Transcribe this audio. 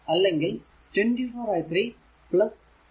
അല്ലെങ്കിൽ 24 i 3 6 i 3 30